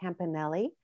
Campanelli